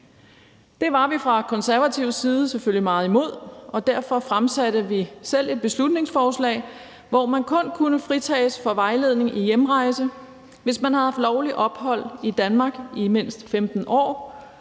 Det var vi fra konservativ side selvfølgelig meget imod, og derfor fremsatte vi selv et beslutningsforslag, hvorefter man kun kunne fritages fra vejledning i hjemrejse, hvis man havde haft lovligt ophold i Danmark i mindst 15 år